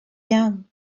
iawn